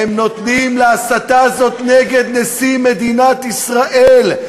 הם נותנים להסתה הזאת נגד נשיא מדינת ישראל להשתולל.